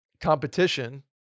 competition